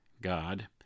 God